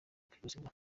kwibasirwa